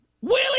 Willie